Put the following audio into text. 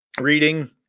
reading